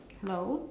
hello